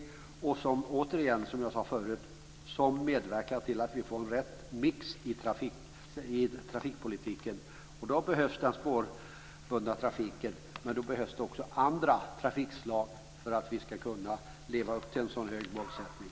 Som jag tidigare sagt gäller det också att medverka till att vi får rätta mixen i kollektivtrafiken. Då behövs den spårbundna trafiken men också andra trafikslag behövs för att vi ska kunna leva upp till en så här hög målsättning.